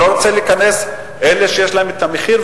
אני לא רוצה לדבר על אלה שיש להם היכולת